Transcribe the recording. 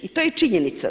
I to je činjenica.